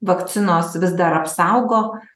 vakcinos vis dar apsaugo